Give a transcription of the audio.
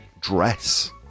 Dress